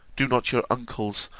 do not your uncles,